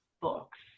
books